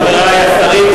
חברי השרים,